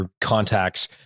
contacts